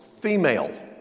female